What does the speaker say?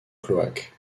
cloaque